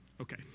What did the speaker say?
Okay